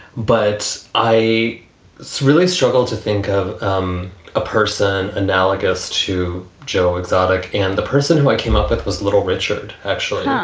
but i really struggle to think of um a person analogous to joe exotic. and the person who i came up with was little richard, actually.